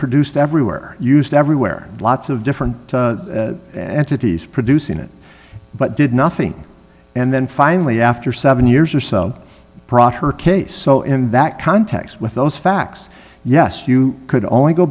produced everywhere used everywhere lots of different and titties producing it but did nothing and then finally after seven years or so her case so in that context with those facts yes you could only go